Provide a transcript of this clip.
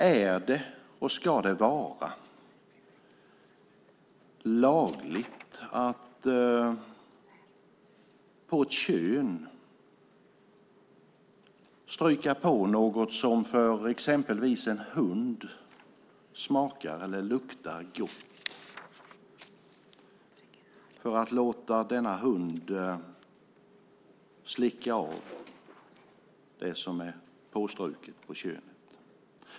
Är det, och ska det vara, lagligt att på ett kön stryka på något som för exempelvis en hund smakar eller luktar gott, för att låta denna hund slicka av det som är påstruket på könet?